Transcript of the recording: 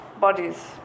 bodies